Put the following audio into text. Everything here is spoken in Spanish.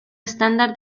estándar